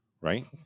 right